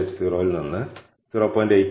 80 ൽ നിന്ന് 0